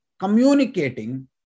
Communicating